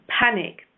panic